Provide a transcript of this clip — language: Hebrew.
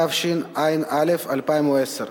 התשע"א 2010,